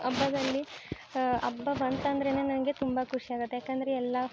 ಹಬ್ಬದಲ್ಲಿ ಹಬ್ಬ ಬಂತಂದ್ರೇನೆ ನನಗೆ ತುಂಬ ಖುಷಿ ಆಗುತ್ತೆ ಯಾಕೆಂದರೆ ಎಲ್ಲ